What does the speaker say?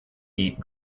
eat